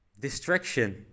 distraction